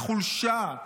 החולשה,